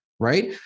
right